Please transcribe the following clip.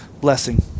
blessing